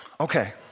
Okay